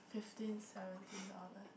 fifteen seventeen dollars